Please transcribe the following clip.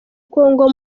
congo